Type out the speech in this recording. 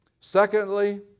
Secondly